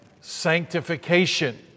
Sanctification